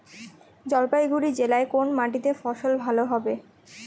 জলপাইগুড়ি জেলায় কোন মাটিতে ফসল ভালো হবে?